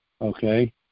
okay